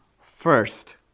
First